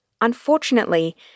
Unfortunately